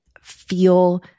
feel